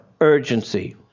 urgency